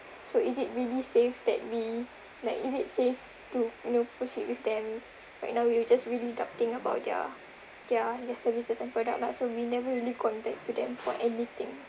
so is it really safe that we like is it safe to you know proceed with them right now we were just really doubting about their their their services and product lah so we never really contact to them for anything